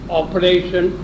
operation